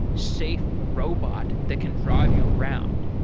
safe robot that can drive you around.